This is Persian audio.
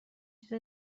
چیز